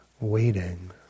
waiting